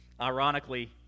Ironically